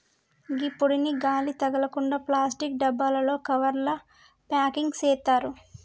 గీ పొడిని గాలి తగలకుండ ప్లాస్టిక్ డబ్బాలలో, కవర్లల ప్యాకింగ్ సేత్తారు